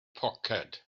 poced